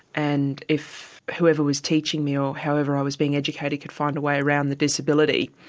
and if whoever was teaching me or however i was being educated could find a way around the disability,